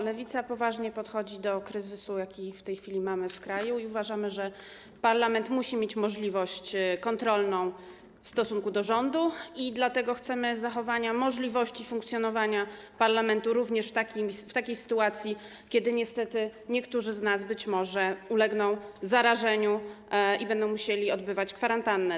Lewica poważnie podchodzi do kryzysu, jaki w tej chwili mamy w kraju, i uważamy, że parlament musi mieć możliwość kontroli w stosunku do rządu i dlatego chcemy zachowania możliwości funkcjonowania parlamentu również w takiej sytuacji, kiedy niestety niektórzy z nas być może zostaną zarażeni i będą musieli odbywać kwarantannę.